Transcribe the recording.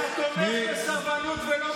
אתה תומך בסרבנות, ולא בפעם הראשונה.